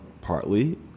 partly